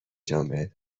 جامعه